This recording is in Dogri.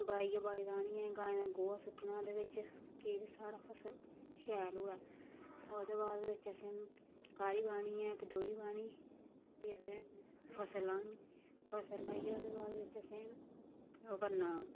बाहियै बाड़ी राह्नी ऐ गायें दा गोहा सुट्टना एह्दे बिच्च कि के साढ़ा फसल शैल होऐ ओह्दे बाद बिच्च असें काह्री बाह्नी ऐ इक दोह्री बाह्नी ऐ फ्ही असें फसल लानी फसल लाइयै ओह्दे बाद बिच्च असें ओह् करना